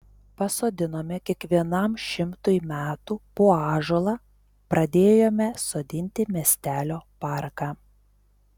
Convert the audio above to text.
pasodinome kiekvienam šimtui metų po ąžuolą pradėjome sodinti miestelio parką